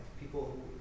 people